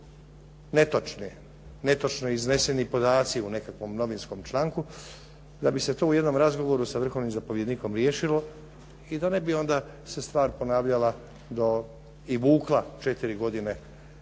napis, netočno izneseni podaci u nekakvom novinskom članku da bi se to u jednom razgovoru s vrhovnim zapovjednikom riješilo i da ne bi onda se stvar ponavljala do i vukla 4 godine